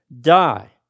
die